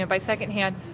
and buy secondhand.